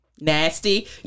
Nasty